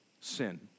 sin